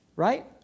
Right